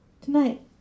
Tonight